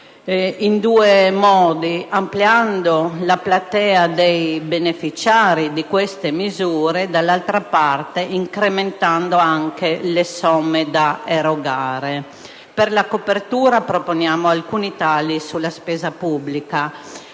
in due modi: ampliando la platea dei beneficiari di queste misure incrementando le somme da erogare. Per la copertura noi proponiamo alcuni tagli sulla spesa pubblica.